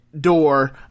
door